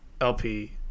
LP